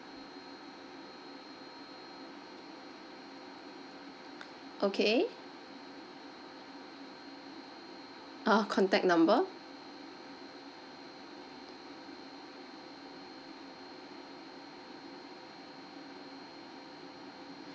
okay ah contact number